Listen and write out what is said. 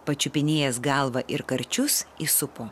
pačiupinėjęs galvą ir karčius įsupo